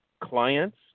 clients